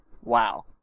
Wow